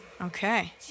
okay